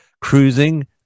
cruising